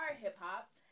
hip-hop